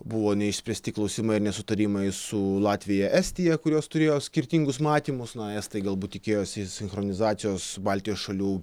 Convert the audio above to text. buvo neišspręsti klausimai ar nesutarimai su latvija estija kurios turėjo skirtingus matymus na estai galbūt tikėjosi sinchronizacijos baltijos šalių